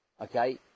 okay